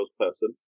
salesperson